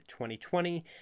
2020